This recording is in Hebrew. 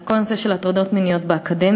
שעסק בכל הנושא של הטרדות מיניות באקדמיה.